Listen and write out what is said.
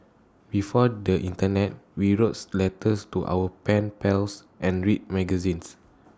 before the Internet we wrotes letters to our pen pals and read magazines